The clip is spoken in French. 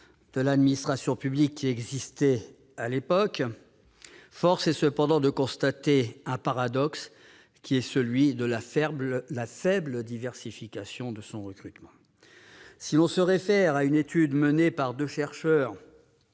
de l'administration publique qui existait à l'époque, force est cependant de constater un paradoxe, celui de la faible diversification de son recrutement. Si l'on se réfère à une étude menée par deux chercheurs